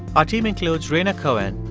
our team includes rhaina cohen,